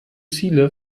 ziele